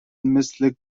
مثل